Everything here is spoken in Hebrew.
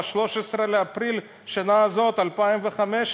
ב-13 באפריל 2015,